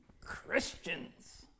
Christians